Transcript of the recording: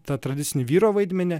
tą tradicinį vyro vaidmenį